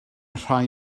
rhai